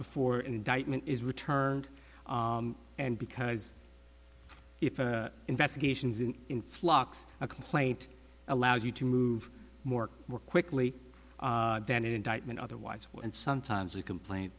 before indictment is returned and because if investigations in influx a complaint allows you to move more quickly than an indictment otherwise well and sometimes the complain